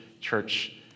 church